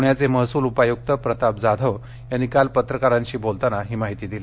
पुण्याचे महसूल उपायुक्त प्रताप जाधव यांनी काल पत्रकारांशी बोलताना ही माहिती दिली